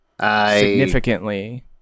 Significantly